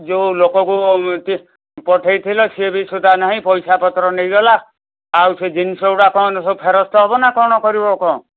ଯେଉଁ ଲୋକକୁ ପଠେଇଥିଲ ସିଏବି ସୁଦ୍ଧା ନାହିଁ ପଇସାପତ୍ର ନେଇଗଲା ଆଉ ସେ ଜିନିଷଗୁଡ଼ା କଣ ସବୁ ଫେରସ୍ତ ହେବନା କଣ କରିବ କହ